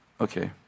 Okay